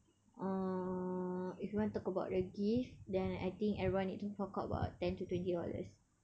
uh if you want talk about the gift then I think everyone need to fork out about ten to twenty dollars